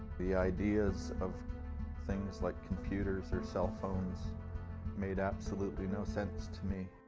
the ideas of things like computers or cell phones made absolutely no sense to me.